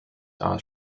are